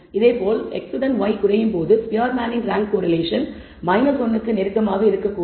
அதேபோல் x உடன் y குறையும் போது ஸ்பியர்மேனின் ரேங்க் கோரிலேஷன் 1 க்கு நெருக்கமாக இருக்கக்கூடும் என்று உங்களுக்குத் தெரியும்